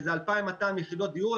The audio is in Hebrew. שזה 2,200 יחידות דיור,